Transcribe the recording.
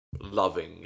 loving